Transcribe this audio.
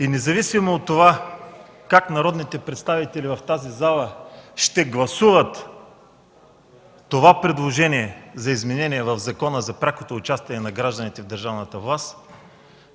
Независимо от това как народните представители в тази зала ще гласуват това предложение за изменение в Закона за пряко участие на гражданите в държавната власт,